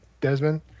Desmond